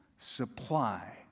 Supply